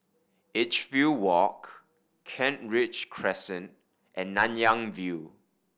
Edgefield Walk Kent Ridge Crescent and Nanyang View